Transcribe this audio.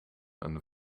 een